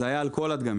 זה היה על כל הדגמים.